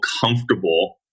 comfortable